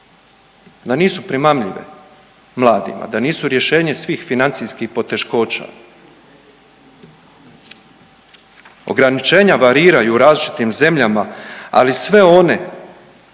da nisu primamljive mladima, da nisu rješenje svih financijskih poteškoća. Ograničenja variraju u različitim zemljama, ali sve one